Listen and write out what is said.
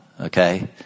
okay